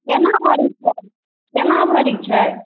केना भरी छै केना भरी छै